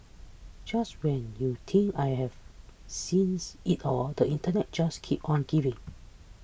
just when you think I have seen it all the internet just keeps on giving